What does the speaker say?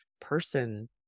person